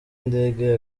indege